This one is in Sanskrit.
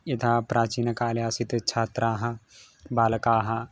यथा प्राचीनकाले आसीत् छात्राः बालकाः